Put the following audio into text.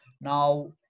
now